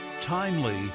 timely